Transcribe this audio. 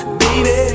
baby